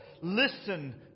Listen